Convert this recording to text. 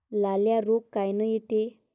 लाल्या रोग कायनं येते?